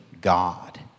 God